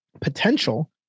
potential